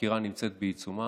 והנושא נמצא בבדיקה.